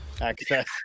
access